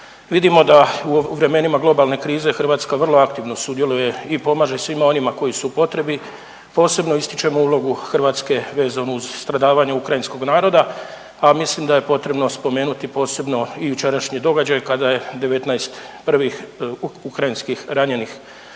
Vidimo da u vremenima globalne krize Hrvatska vrlo aktivno sudjeluje i pomaže svima onima koji su u potrebi. Posebno ističemo ulogu Hrvatske vezano uz stradavanje ukrajinskog naroda, pa mislim da je potrebo spomenuti posebno i jučerašnji događaj kada je prvih ukrajinskih ranjenih